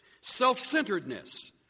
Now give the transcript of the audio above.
Self-centeredness